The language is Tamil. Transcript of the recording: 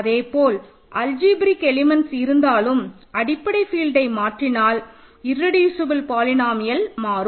அதேபோல் அல்ஜிப்ரேக் எலிமெண்ட்ஸ் இருந்தாலும் அடிப்படை ஃபீல்ட்டை மாற்றினால் இர்ரெடியூசபல் பாலினோமியல் மாறும்